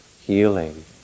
healing